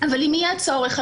אבל אם יהיה צורך,